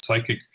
psychic